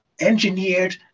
engineered